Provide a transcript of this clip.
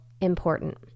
important